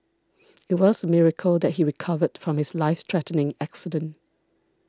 it was a miracle that he recovered from his life threatening accident